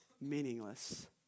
meaningless